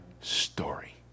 story